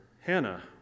Hannah